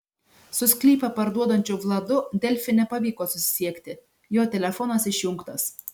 su sklypą parduodančiu vladu delfi nepavyko susisiekti jo telefonas išjungtas